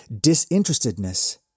disinterestedness